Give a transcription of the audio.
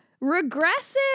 regressive